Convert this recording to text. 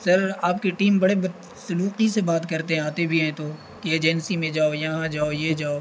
سر آپ کے ٹیم بڑے بد سلوکی سے بات کرتے ہیں آتے بھی ہیں تو کہ ایجنسی میں جاؤ یہاں جاؤ یہ جاؤ